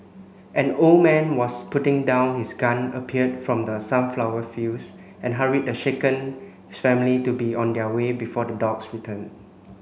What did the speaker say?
an old man was putting down his gun appeared from the sunflower fields and hurried the shaken family to be on their way before the dogs return